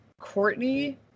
Courtney